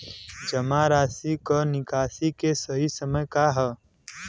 जमा राशि क निकासी के सही समय का ह?